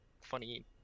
funny